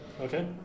Okay